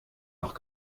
doch